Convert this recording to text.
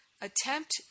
attempt